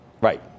Right